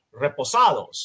reposados